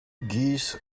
geese